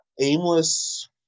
aimless